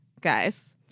guys